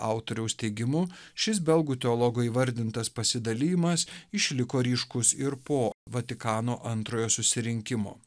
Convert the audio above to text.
autoriaus teigimu šis belgų teologo įvardintas pasidalijimas išliko ryškus ir po vatikano antrojo susirinkimo